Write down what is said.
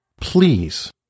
please